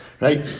right